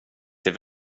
till